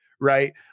right